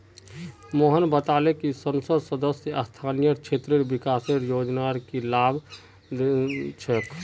मोहन बताले कि संसद सदस्य स्थानीय क्षेत्र विकास योजनार की लाभ छेक